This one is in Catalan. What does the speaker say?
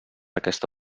aquesta